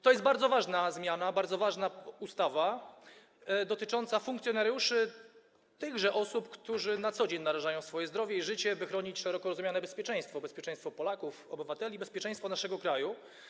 To jest bardzo ważna zmiana, bardzo ważna ustawa dotycząca funkcjonariuszy, tychże osób, które na co dzień narażają swoje zdrowie i życie, by chronić szeroko rozumiane bezpieczeństwo, bezpieczeństwo Polaków, obywateli, bezpieczeństwo naszego kraju.